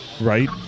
Right